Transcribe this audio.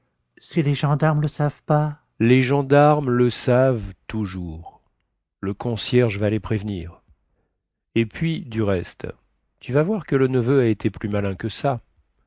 si les gendarmes le savent pas les gendarmes le savent toujours le concierge va les prévenir et puis du reste tu vas voir que le neveu a été plus malin que ça